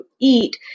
eat